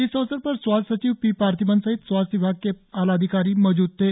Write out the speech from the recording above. इस अवसर पर स्वास्थ्य सचिव पी पार्थिबन सहित स्वास्थ्य विभाग के आलाधिकारी मौजूद थे